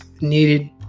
needed